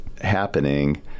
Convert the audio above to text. happening